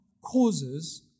causes